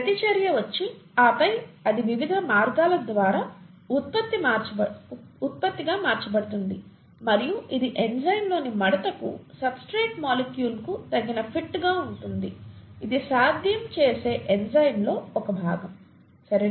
ప్రతిచర్య వచ్చి ఆపై అది వివిధ మార్గాల ద్వారా ఉత్పత్తిగా మార్చబడుతుంది మరియు ఇది ఎంజైమ్లోని మడతకు సబ్స్ట్రేట్ మాలిక్యూల్ కు తగిన ఫిట్గా ఉంటుంది ఇది సాధ్యం చేసే ఎంజైమ్లో ఒక భాగం సరేనా